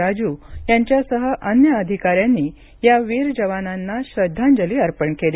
राजू यांच्यासह अन्य अधिकाऱ्यांनी या वीर जवानांना श्रद्धांजली अर्पण केली